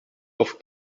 auf